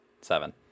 Seven